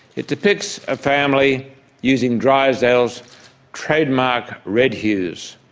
it depicts a family using drysdale's trademark red hues,